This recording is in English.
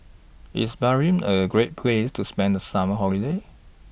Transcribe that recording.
IS Bahrain A Great Place to spend The Summer Holiday